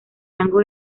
rango